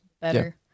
better